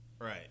Right